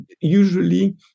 usually